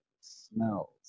smells